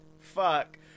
Fuck